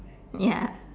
ya